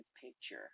picture